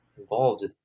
involved